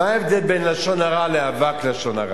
מה ההבדל בין לשון הרע לאבק לשון הרע?